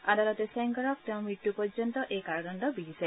আদালতে ছেংগাৰক তেওঁৰ মৃত্যু পৰ্য্যন্ত এই কাৰাদণ্ড বিহিছে